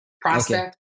prospect